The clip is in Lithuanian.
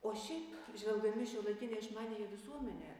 o šiaip žvelgdami į šiuolaikinę išmaniąją visuomenę